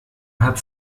hat